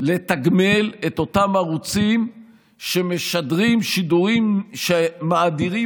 לתגמל את אותם ערוצים שמשדרים שידורים שמאדירים